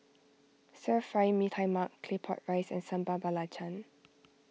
Stir Fry Mee Tai Mak Claypot Rice and Sambal Belacan